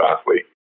athlete